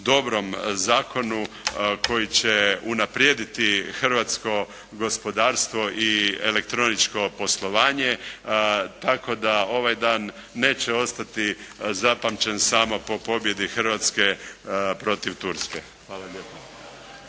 dobrom zakonu koji će unaprijediti hrvatsko gospodarstvo i elektroničko poslovanje, tako da ovaj dan neće ostati zapamćen samo po pobjedi Hrvatske protiv Turske. Hvala lijepo.